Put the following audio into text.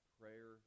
prayer